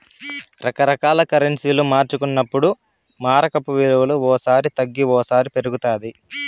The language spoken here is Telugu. రకరకాల కరెన్సీలు మార్చుకున్నప్పుడు మారకపు విలువ ఓ సారి తగ్గి ఓసారి పెరుగుతాది